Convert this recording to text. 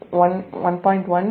எனவே I1